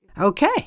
Okay